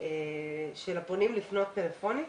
של הפונים לפנות טלפונית.